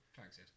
Thanks